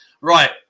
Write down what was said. Right